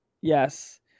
Yes